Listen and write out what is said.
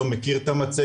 אף אחד לא מכיר את המצגת,